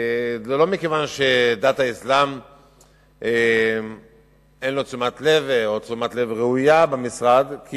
זה לא מכיוון שאין תשומת לב או תשומת לב ראויה במשרד לדת האסלאם,